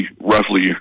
roughly